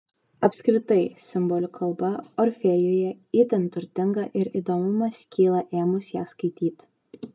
apskritai simbolių kalba orfėjuje itin turtinga ir įdomumas kyla ėmus ją skaityti